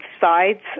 sides